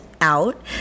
out